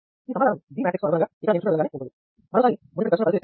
ఈ సమాధానం G matrix కు అనుగుణంగా ఇక్కడ నేను చూపిన విధంగానే ఉంటుంది